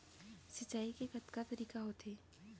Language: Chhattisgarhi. सिंचाई के कतका तरीक़ा होथे?